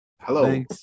Hello